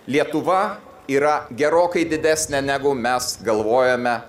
lietuva yra gerokai didesnė negu mes galvojame